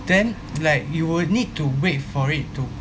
then like you will need to wait for it to